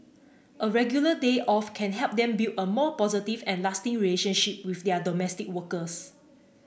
a regular day off can help them build a more positive and lasting relationship with their domestic workers